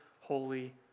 holy